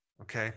okay